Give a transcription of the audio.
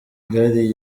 gari